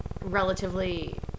relatively